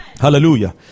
hallelujah